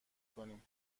کنیم